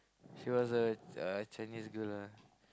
she was a a Chinese girl ah